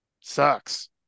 sucks